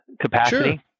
capacity